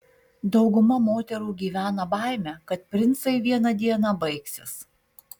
dauguma moterų gyvena baime kad princai vieną dieną baigsis